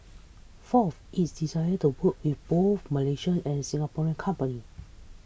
fourth its desire to work with both Malaysian and Singaporean companies